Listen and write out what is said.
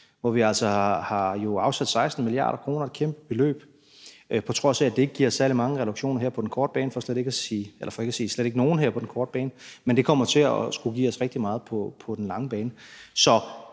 altså har afsat 16 mia. kr. – et kæmpe beløb – på trods af at det ikke giver særlig mange reduktioner her på den korte bane, for ikke at sige slet ikke nogen her på den korte bane.